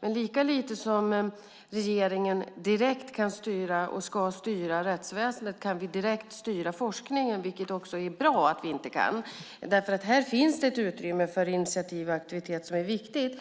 Men lika lite som regeringen direkt kan och ska styra rättsväsendet kan vi direkt styra forskningen, vilket också är bra att vi inte kan. Här finns ett utrymme för initiativ och aktivitet som är viktigt.